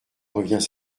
revient